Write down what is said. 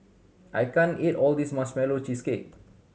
I can't eat all this Marshmallow Cheesecake